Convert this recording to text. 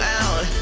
out